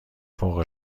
فوق